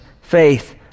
faith